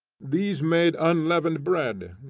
these made unleavened bread,